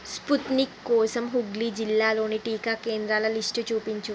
Sputnik కోసం హుగ్లీ జిల్లాలోని టీకా కేంద్రాల లిస్టు చూపించు